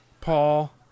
Paul